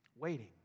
Waiting